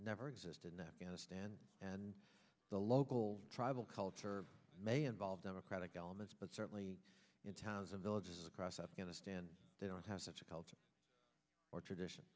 never existed in afghanistan and the local tribal culture may involve democratic elements but certainly in towns and villages across afghanistan they don't have such a culture or tradition